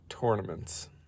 tournaments